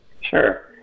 Sure